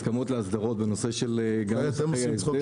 הסכמות להסדרות בנושא של גם מוסכי ההסדר --- אתם עושים צחוק?